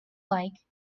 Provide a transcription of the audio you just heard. like